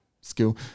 skill